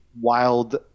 wild